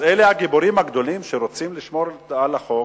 אז אלה הגיבורים הגדולים שרוצים לשמור על החוק?